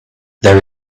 there